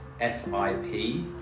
S-I-P